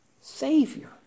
savior